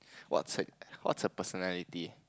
what's her what's her personality